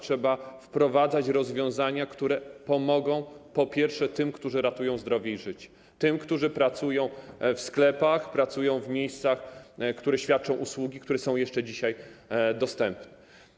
Trzeba wprowadzać rozwiązania, które pomogą tym, którzy ratują zdrowie i życie, którzy pracują w sklepach, pracują w miejscach, które świadczą usługi, które są jeszcze dzisiaj dostępne.